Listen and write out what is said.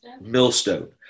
millstone